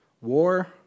War